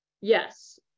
Yes